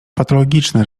patologiczne